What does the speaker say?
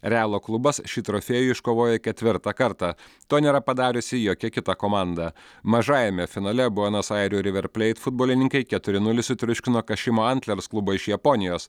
realo klubas šį trofėjų iškovojo ketvirtą kartą to nėra padariusi jokia kita komanda mažajame finale buenos airių riverpleit futbolininkai keturi nulis sutriuškino kašimo antlers klubą iš japonijos